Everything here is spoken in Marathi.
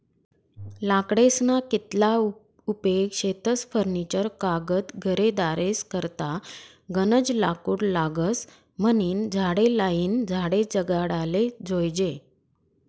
लाकडेस्ना कितला उपेग शेतस फर्निचर कागद घरेदारेस करता गनज लाकूड लागस म्हनीन झाडे लायीन झाडे जगाडाले जोयजे